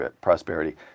Prosperity